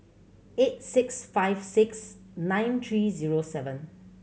eight six five six nine three zero seven